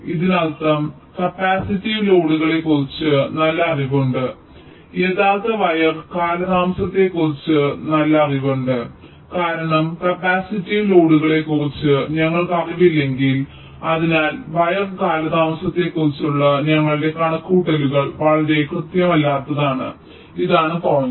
ഇതിനർത്ഥം കപ്പാസിറ്റീവ് ലോഡുകളെക്കുറിച്ച് ഞങ്ങൾക്ക് നല്ല അറിവുണ്ട് യഥാർത്ഥ വയർ കാലതാമസത്തെക്കുറിച്ച് ഞങ്ങൾക്ക് നല്ല അറിവുണ്ട് കാരണം കപ്പാസിറ്റീവ് ലോഡുകളെക്കുറിച്ച് ഞങ്ങൾക്ക് അറിവില്ലെങ്കിൽ അതിനാൽ വയർ കാലതാമസത്തെക്കുറിച്ചുള്ള ഞങ്ങളുടെ കണക്കുകൂട്ടലുകൾ വളരെ കൃത്യമല്ലാത്തതാണ് ഇതാണ് പോയിന്റ്